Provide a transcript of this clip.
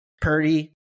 Purdy